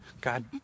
God